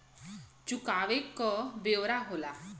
चुकावे क ब्योरा होला